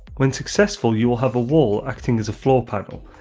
when successful you will have a wall acting as a floor panel,